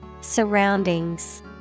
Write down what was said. Surroundings